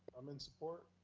i'm in support.